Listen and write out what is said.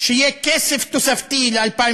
שיהיה כסף תוספתי ל-2016,